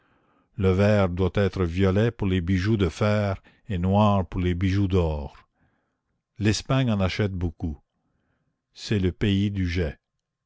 le verre doit être violet pour les bijoux de fer et noir pour les bijoux d'or l'espagne en achète beaucoup c'est le pays du jais